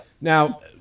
Now